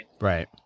Right